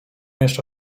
jeszcze